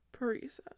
Parisa